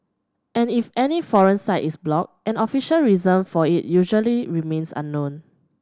and if any foreign site is blocked an official reason for it usually remains unknown